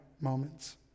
moments